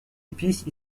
épices